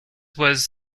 was